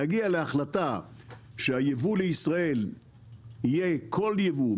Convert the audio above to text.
להגיע להחלטה שהייבוא לישראל יהיה כל ייבוא,